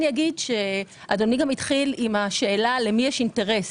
אדוני התחיל עם השאלה למי יש אינטרס.